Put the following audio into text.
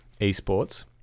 esports